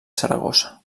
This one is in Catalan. saragossa